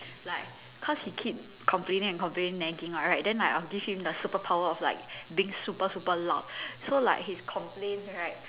like cause he keep complaining and complaining nagging [what] right then I'll give him the superpower of like being super super loud so like his complaint right